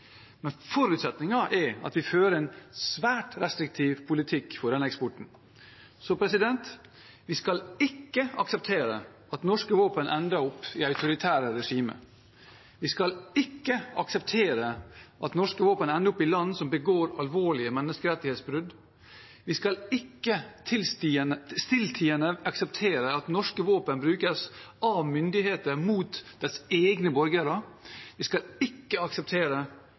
Men forutsetningen er at vi fører en svært restriktiv politikk for denne eksporten. Vi skal ikke akseptere at norske våpen ender opp i autoritære regimer. Vi skal ikke akseptere at norske våpen ender opp i land som begår alvorlige menneskerettighetsbrudd. Vi skal ikke stilltiende akseptere at norske våpen brukes av myndigheter mot deres egne borgere. Vi skal ikke akseptere